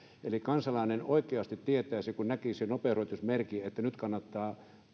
että kansalainen oikeasti tietäisi kun näkisi sen nopeusrajoitusmerkin että nyt kannattaa